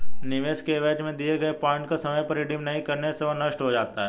निवेश के एवज में दिए गए पॉइंट को समय पर रिडीम नहीं करने से वह नष्ट हो जाता है